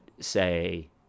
say